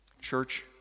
Church